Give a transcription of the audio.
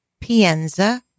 Pienza